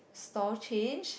store change